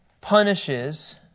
punishes